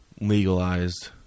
legalized